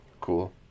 Cool